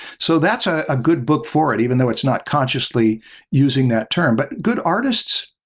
so, that's a ah good book for it even though it's not consciously using that term. but good artists